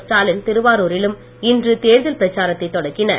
ஸ்டாலின் திருவாரூரிலும் இன்று தேர்தல் பிரச்சாரத்தை தொடக்கினர்